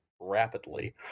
rapidly